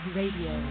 radio